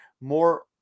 more